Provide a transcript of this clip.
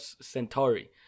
Centauri